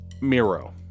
Miro